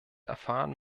erfahren